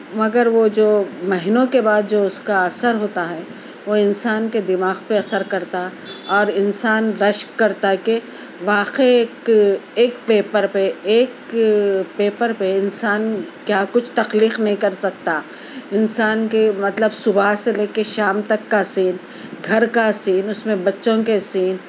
مگر وہ جو مہینوں کے بعد جو اُس کا اثر ہوتا ہے وہ انسان کے دماغ پہ اثر کرتا اور انسان رشک کرتا کہ واقعی اک ایک پیپر پہ ایک پیپر پہ انسان کیا کچھ تخلیق نہیں کرسکتا انسان کے مطلب صبح سے لے کے شام تک کا سین گھر کا سین اُس میں بچوں کے سین